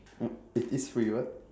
it it is free what